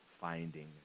finding